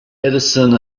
edison